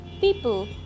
people